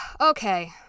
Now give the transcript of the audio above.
Okay